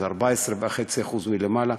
זה 14.5% מלמעלה.